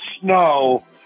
snow